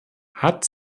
hat